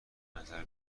نظر